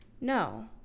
No